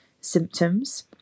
symptoms